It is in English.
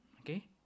Okay